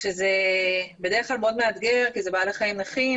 זה בדרך כלל מאוד מאתגר כי זה בעלי חיים נכים